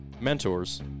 mentors